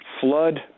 flood